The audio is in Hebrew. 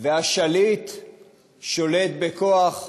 והשליט שולט בכוח,